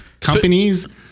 companies